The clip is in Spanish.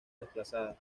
desplazada